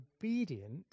obedient